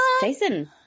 Jason